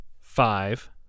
five